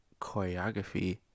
choreography